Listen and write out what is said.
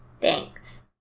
Thanks